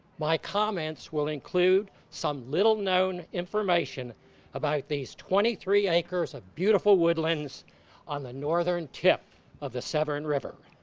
my comments will include some little known information about these twenty three acres of beautiful woodlands on the northern tip of the severn river.